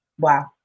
Wow